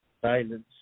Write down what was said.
silence